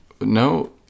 no